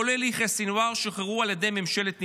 כולל יחיא סנוואר, שוחררו על ידי ממשלת נתניהו.